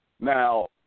Now